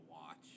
watch